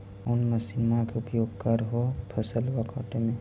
कौन मसिंनमा के उपयोग कर हो फसलबा काटबे में?